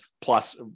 plus